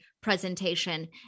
presentation